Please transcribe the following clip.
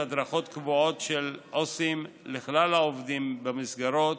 הדרכות קבועות של עובדים סוציאליים לכלל העובדים במסגרות